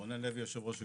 אנחנו לא